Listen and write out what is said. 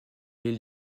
les